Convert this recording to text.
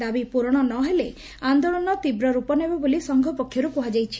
ଦାବି ପୂରଣ ନ ହେଲେ ଆନ୍ଦୋଳନ ତୀବ୍ରରୂପ ନେବ ବୋଲି ସଂଘ ପକ୍ଷରୁ କୁହାଯାଇଛି